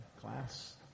class